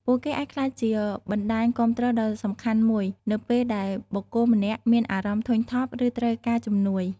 ពួកគេអាចក្លាយជាបណ្តាញគាំទ្រដ៏សំខាន់មួយនៅពេលដែលបុគ្គលម្នាក់មានអារម្មណ៍ធុញថប់ ឬត្រូវការជំនួយ។